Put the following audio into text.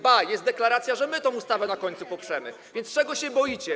ba, jest deklaracja, że my tę ustawę na końcu poprzemy, a więc czego się boicie?